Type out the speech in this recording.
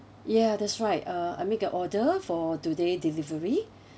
yeah that's right uh I make a order for today delivery